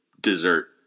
dessert